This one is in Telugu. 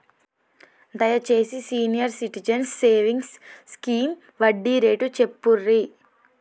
దయచేసి సీనియర్ సిటిజన్స్ సేవింగ్స్ స్కీమ్ వడ్డీ రేటు చెప్పుర్రి